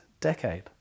decade